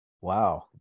Wow